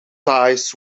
ties